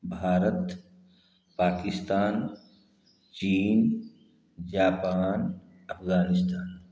भारत पाकिस्तान चीन जापान अफगानिस्तान